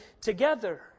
together